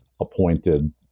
appointed